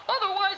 Otherwise